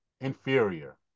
inferior